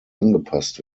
angepasst